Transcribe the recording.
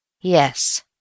Yes